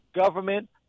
government